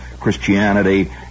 Christianity